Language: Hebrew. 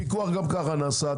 פיקוח גם ככה נעשה,